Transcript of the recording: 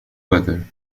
weather